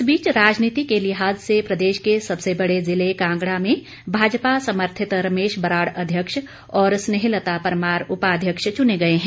इस बीच राजनीति के लिहाज से प्रदेश के सबसे बड़े जिले कांगड़ा में भाजपा समर्थित रमेश बराड़ अध्यक्ष और स्नेह लता परमार उपाध्यक्ष चुने गए हैं